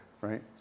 right